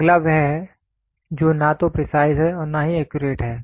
अगला वह है जो न तो प्रिसाइज है और न ही एक्यूरेट है